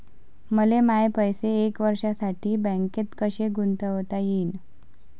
मले माये पैसे एक वर्षासाठी बँकेत कसे गुंतवता येईन?